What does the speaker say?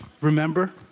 remember